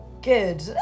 good